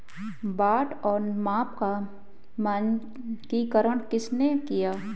बाट और माप का मानकीकरण किसने किया?